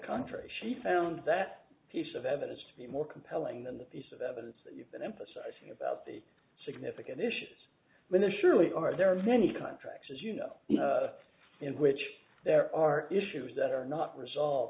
contrary she found that piece of evidence to be more compelling than the piece of evidence that you've been emphasising about the significant issues when it surely are there are many contracts as you know in which there are issues that are not resolved